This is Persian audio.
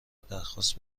درخواست